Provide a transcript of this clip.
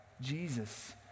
Jesus